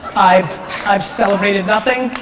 i've i've celebrated nothing